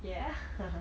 ya